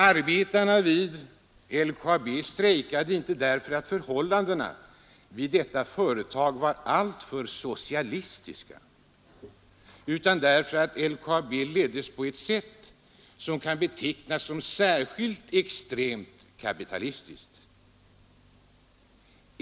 Arbetarna vid LKAB strejkade inte därför att förhållandena vid detta företag var alltför socialistiska utan därför att LKAB leddes på ett sätt som kan betecknas som särskilt extremt kapitalistiskt.